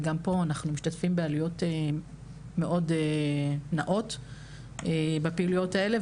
וגם פה אנחנו משתתפים בעלויות מאוד נאות בפעילויות האלו,